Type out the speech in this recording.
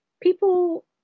People